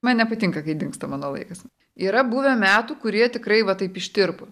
man nepatinka kai dingsta mano laikas yra buvę metų kurie tikrai va taip ištirpo